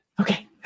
Okay